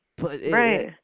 Right